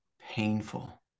painful